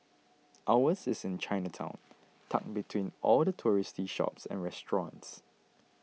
ours is in Chinatown tucked between all the touristy shops and restaurants